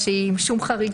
מוצלח.